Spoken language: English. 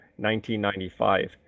1995